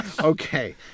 Okay